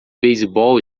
beisebol